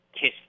kiss